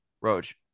Roach